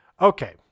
okay